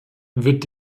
wird